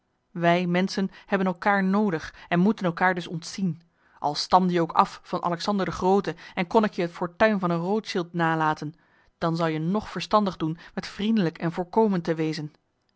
wij menschen hebben elkaar noodig en moeten elkaar dus ontzien al stamde je ook af van alexander de groote en kon ik je het fortuin van een rothschild nalaten dan zou je nog verstandig doen met vriendelijk en voorkomend te wezen